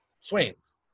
Swains